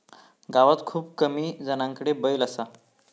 गावात खूप कमी जणांकडे बैल असा